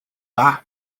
dda